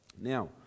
Now